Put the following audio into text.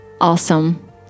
awesome